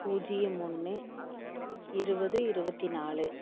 பூஜியம் ஒன்று இருபது இருபத்தி நாலு